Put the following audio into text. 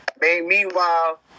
Meanwhile